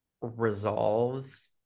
resolves